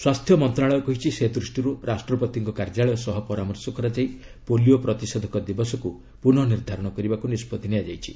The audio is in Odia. ସ୍ୱାସ୍ଥ୍ୟ ମନ୍ତ୍ରଣାଳୟ କହିଛି ସେଦୃଷ୍ଟିରୁ ରାଷ୍ଟ୍ରପତିଙ୍କ କାର୍ଯ୍ୟାଳୟ ସହ ପରାମର୍ଶ କରାଯାଇ ପୋଲିଓ ପ୍ରତିଷେଧକ ଦିବସକୁ ପୁନଃ ନିର୍ଦ୍ଧାରଣ କରିବାକୁ ନିଷ୍ପଭି ନିଆଯାଇଛି